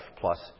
plus